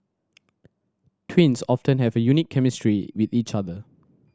twins often have a unique chemistry with each other